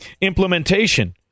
implementation